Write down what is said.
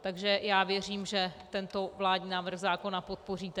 Takže věřím, že tento vládní návrh zákon podpoříte.